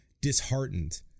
disheartened